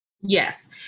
Yes